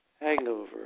Hangover